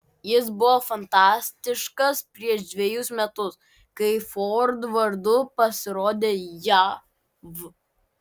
jis buvo fantastiškas prieš dvejus metus kai ford vardu pasirodė jav